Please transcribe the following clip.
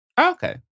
Okay